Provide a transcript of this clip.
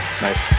Nice